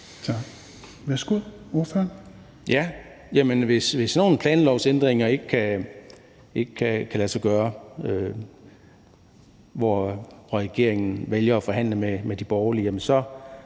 sådan nogle planlovsændringer ikke kan lade sig gøre, hvor regeringen vælger at forhandle med de borgerlige,